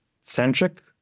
centric